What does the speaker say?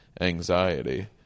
anxiety